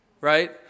right